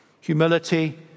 Humility